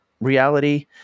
reality